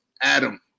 Adam